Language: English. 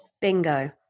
bingo